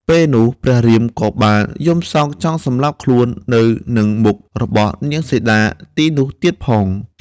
ពេលនោះ ព្រះរាមក៏បានយំសោកចង់សម្លាប់ខ្លួននៅនឹងមុខរបស់នាងសីតាទីនោះទៀតផង។